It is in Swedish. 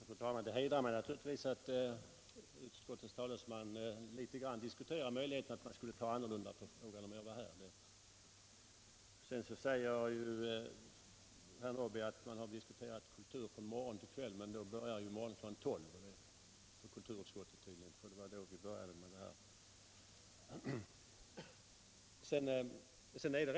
Fru talman! Det hedrar mig naturligtvis att utskottets talesman litet grand diskuterar möjligheterna att ta annorlunda på frågan om jag är här. Sedan sade herr Norrby att vi här har diskuterat kultur från morgon till kväll. men då börjar tydligen morgonen kl. 12 för kulturutskottet, för det var då vi började behandla utskottsbetänkanden.